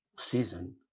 season